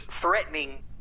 threatening